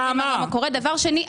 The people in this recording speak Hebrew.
דבר שני,